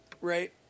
Right